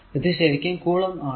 ഇത് ശരിക്കും കുളം ആണ്